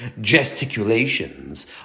gesticulations